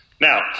Now